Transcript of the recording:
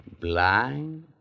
Blind